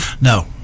No